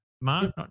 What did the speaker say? mark